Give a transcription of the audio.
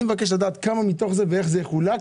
אני מבקש לדעת איך זה יחולק